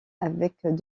avec